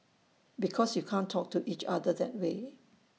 because you can't talk to each other that way